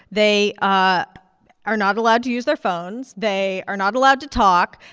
they ah are not allowed to use their phones. they are not allowed to talk.